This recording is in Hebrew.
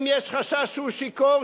אם יש חשש שהוא שיכור,